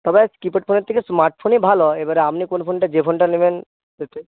তবে কীপ্যাড ফোনের থেকে স্মার্টফোনই ভালো এবারে আপনি কোন ফোনটা যে ফোনটা নেবেন সেটাই